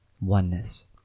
oneness